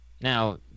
now